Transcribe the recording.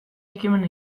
ekimen